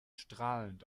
strahlend